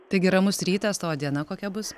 taigi ramus rytas o diena kokia bus